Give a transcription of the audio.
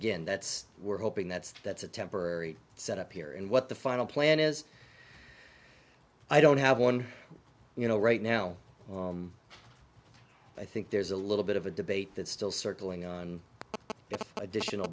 again that's we're hoping that that's a temporary set up here and what the final plan is i don't have one you know right now i think there's a little bit of a debate that's still circling on additional